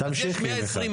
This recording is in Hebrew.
יש 120,00,